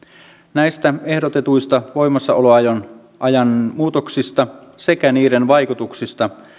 näistä ehdotetuista voimassaoloajan muutoksista sekä niiden vaikutuksista